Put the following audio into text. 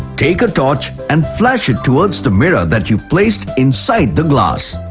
take a torch and flash it towards the mirror that you placed inside the glass.